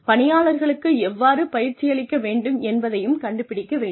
பணியாளர்களுக்கு எவ்வாறு பயிற்சியளிக்க வேண்டும் என்பதையும் கண்டுபிடிக்க வேண்டும்